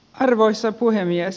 arvoisa puhemies